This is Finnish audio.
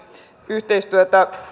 yhteistyötä